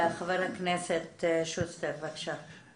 חבר הכנסת שוסטר, בבקשה.